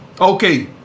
Okay